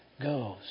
goes